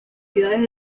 ciudades